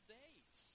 days